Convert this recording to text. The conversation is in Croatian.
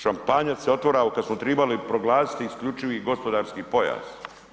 Šampanjac se otvarao kad smo tribali proglasiti isključivi gospodarski pojas.